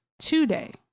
today